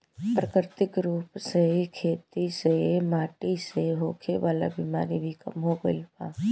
प्राकृतिक रूप से खेती होखे से माटी से होखे वाला बिमारी भी कम हो गईल बा